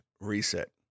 reset